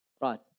Right